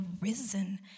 risen